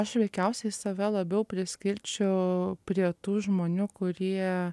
aš veikiausiai save labiau priskirčiau prie tų žmonių kurie